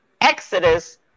exodus